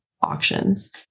auctions